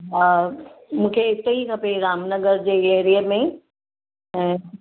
हा मूंखे हिक ई खपे राम नगर जे एरिए में ई ऐं